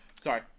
Sorry